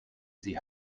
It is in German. sie